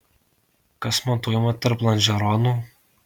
kas montuojama tarp lonžeronų